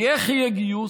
כי איך יהיה גיוס?